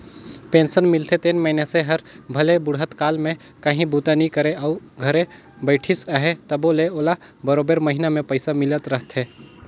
pension मिलथे तेन मइनसे हर भले बुढ़त काल में काहीं बूता नी करे अउ घरे बइठिस अहे तबो ले ओला बरोबेर महिना में पइसा मिलत रहथे